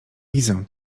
widzę